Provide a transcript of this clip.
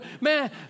Man